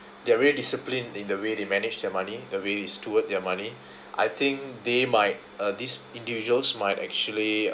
they're really disciplined in the way they manage their money the way they steward their money I think they might uh these individuals might actually